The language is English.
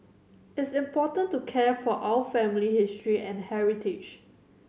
it's important to care for our family history and heritage